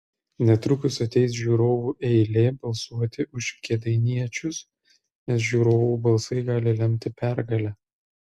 netrukus ateis žiūrovų eilė balsuoti už kėdainiečius nes žiūrovų balsai gali lemti pergalę